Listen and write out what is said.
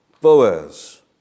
Boaz